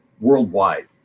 worldwide